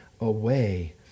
away